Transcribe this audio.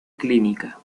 clínica